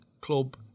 Club